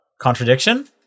Contradiction